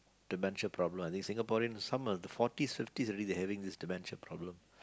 dementia problem I think Singaporeans some of them forties fifties they already having this dementia problem